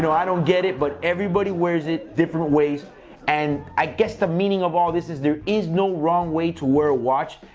i don't get it, but everybody wears it different ways and i guess the meaning of all this is there is no wrong way to wear a watch.